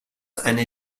eine